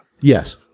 Yes